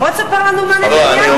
בוא תספר לנו מה נתניהו עושה.